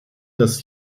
dass